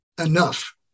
enough